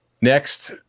Next